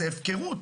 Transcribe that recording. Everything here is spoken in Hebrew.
זו הפקרות.